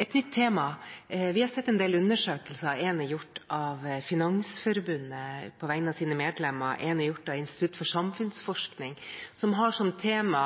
Et nytt tema: Vi har sett en del undersøkelser. Én er gjort av Finansforbundet på vegne av deres medlemmer. Én er gjort av Institutt for samfunnsforskning, som har som tema: